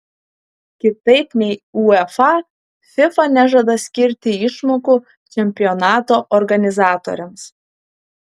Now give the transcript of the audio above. kitaip nei uefa fifa nežada skirti išmokų čempionato organizatoriams